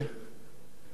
שנתיים אחרי זה,